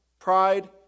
pride